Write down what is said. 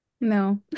No